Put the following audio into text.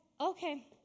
okay